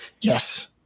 yes